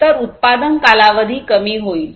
तर् उत्पादन कालावधी कमी होईल